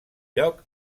lloc